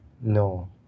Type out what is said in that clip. no